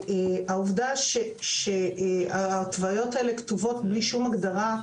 העובדה היא שההתוויות האלה כתובות בלי שום הגדרה,